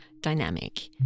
dynamic